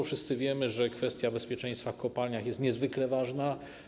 Wszyscy wiemy, że kwestia bezpieczeństwa w kopalniach jest niezwykle ważna.